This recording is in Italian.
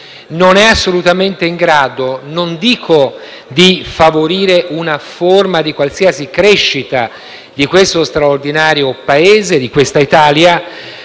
non è assolutamente in grado non dico di favorire una forma di qualsiasi crescita di questo straordinario Paese, ma non